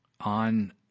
on